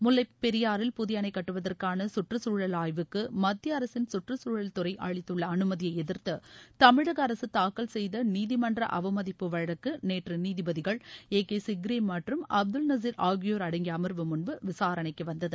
முல்லைப் பெரியாறில் புதிய அணை கட்டுவதற்கான கற்றுச்சூழல் ஆய்வுக்கு மத்திய அரசின் கற்றுச்சூழல் துறை அளித்துள்ள அனுமதியை எதிர்த்து தமிழக அரசு தாக்கல் செய்த நீதிமன்ற அவமதிப்பு வழக்கு நேற்று நீதிபதிகள் ஏ கே சிக்ரி மற்றும் அப்துல் நசீர் ஆகியோர் அடங்கிய அம்வு முன்பு விசாரணைக்கு வந்தது